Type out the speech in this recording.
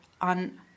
on